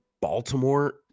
Baltimore